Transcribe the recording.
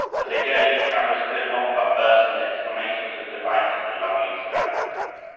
as they journeyed, the travelers could not but burst into exclamations of delight at the loveliness about them.